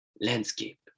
landscape